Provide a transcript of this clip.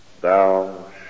Thou